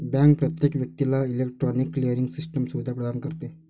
bank प्रत्येक व्यक्तीला electronic clearing system सुविधा प्रदान करते